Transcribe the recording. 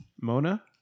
Mona